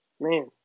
Man